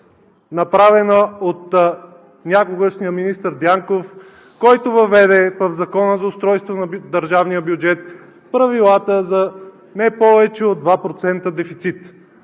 направена от някогашния министър Дянков, който въведе в Закона за устройство на държавния бюджет правилата за не повече от 2% дефицит.